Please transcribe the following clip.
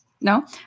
No